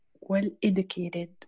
well-educated